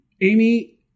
Amy